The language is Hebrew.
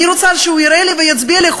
אני רוצה שהוא יראה לי ויצביע לי,